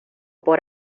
por